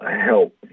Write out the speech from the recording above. help